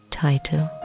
title